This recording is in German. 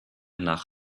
nach